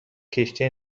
کشتی